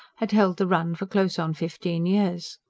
had held the run for close on fifteen years.